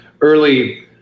early